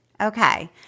okay